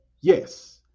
Yes